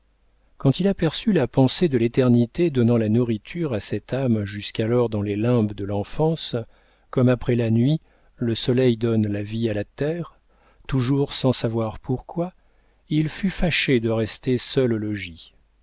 quand il aperçut la pensée de l'éternité donnant la nourriture à cette âme jusqu'alors dans les limbes de l'enfance comme après la nuit le soleil donne la vie à la terre toujours sans savoir pourquoi il fut fâché de rester seul au logis